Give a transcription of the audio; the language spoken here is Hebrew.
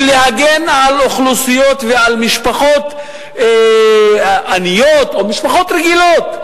של להגן על אוכלוסיות ועל משפחות עניות או משפחות רגילות,